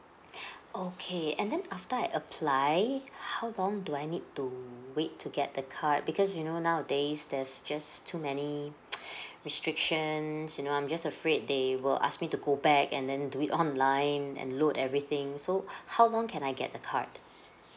okay and then after I apply how long do I need to wait to get the card because you know nowadays there's just too many restrictions you know I'm just afraid they will ask me to go back and then do it online and load everything so how long can I get the card